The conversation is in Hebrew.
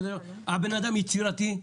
הבן אדם יצירתי,